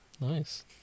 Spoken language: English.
Nice